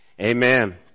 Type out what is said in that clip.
Amen